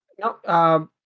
No